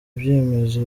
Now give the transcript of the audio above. ibyemezo